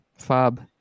fob